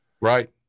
Right